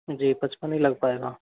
जी पचपन नहीं लग पाएगा